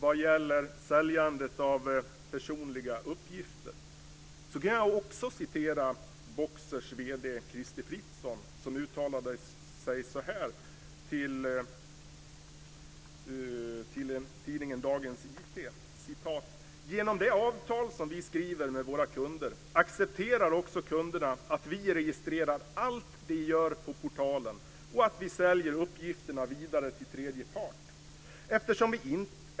Vad gäller säljandet av personliga uppgifter kan jag också citera Boxers vd Crister Fritzon, som uttalar sig så här till tidningen Dagens IT: "Genom det avtal som vi skriver med våra kunder accepterar också kunderna att vi registrerar allt de gör på portalen och att vi säljer uppgifterna vidare till tredje part.